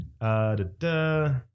da-da